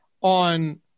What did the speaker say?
on